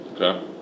okay